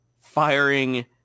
firing